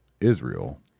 Israel